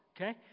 Okay